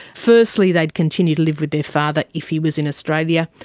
firstly they'd continue to live with their father if he was in australia.